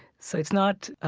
so it's not